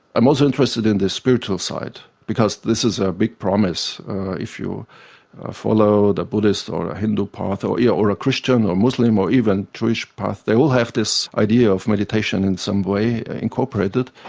am also interested in the spiritual side because this is a big promise if you follow the buddhist or hindu path or yeah or a christian or muslim or even jewish path, they all have this idea of meditation in some way incorporated,